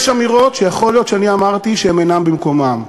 יש אמירות שיכול להיות שאני אמרתי שהן אינן במקומן,